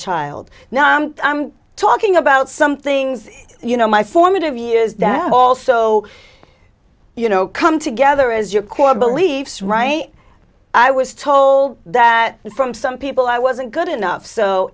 child now i'm talking about some things you know my formative years that also you know come together as your core beliefs right i was told that from some people i wasn't good enough so